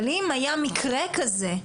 אבל אם היה מקרה כזה,